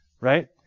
right